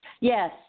Yes